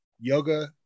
yoga